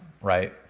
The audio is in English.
right